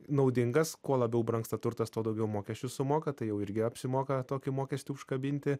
naudingas kuo labiau brangsta turtas tuo daugiau mokesčių sumoka tai jau irgi apsimoka tokį mokestį užkabinti